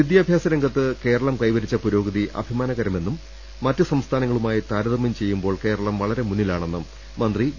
വിദ്യാഭ്യാസ രംഗത്ത് കേരളം കൈവരിച്ച പുരോഗതി അഭിമാന കരമെന്നും മറ്റ് സംസ്ഥാനങ്ങളുമായി താരതമൃം ചെയ്യുമ്പോൾ കേരളം വളരെ മുന്നിലാണെന്നും മന്ത്രി ഇ